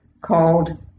called